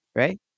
right